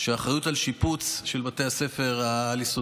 בכך שהאחריות לשיפוץ של בתי הספר העל-יסודיים,